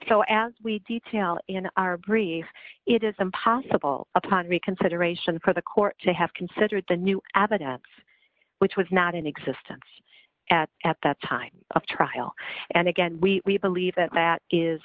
as we detail in our brief it is impossible upon reconsideration for the court to have considered the new evidence which was not in existence at at that time of trial and again we believe that that